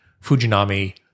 Fujinami